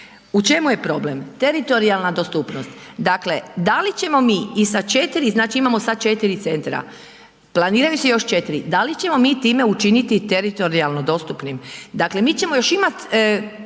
U čemu je problem? Teritorijalna dostupnost. Dakle, da li ćemo mi i sa 4, znači imamo sad 4 centra, planirajući još 4, da li ćemo mi time učiniti teritorijalno dostupnim? Dakle, mi ćemo još imati